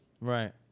right